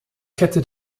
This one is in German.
kette